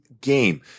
game